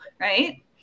right